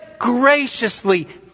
graciously